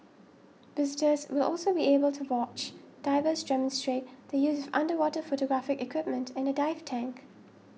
visitors will also be able to watch divers demonstrate the use underwater photographic equipment in a dive tank